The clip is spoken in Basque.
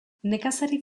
nekazari